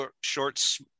shorts